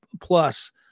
plus